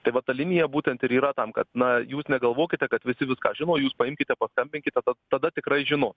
tai va ta linija būtent ir yra tam kad na jūs negalvokite kad visi viską žino jūs paimkite pakalbinkite tada tikrai žinos